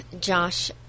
Josh